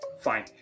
Fine